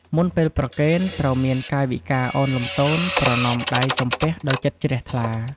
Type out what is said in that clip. មុនពេលប្រគេន ត្រូវមានកាយវិការឱនលំទោន ប្រណម្យដៃសំពះដោយចិត្តជ្រះថ្លា។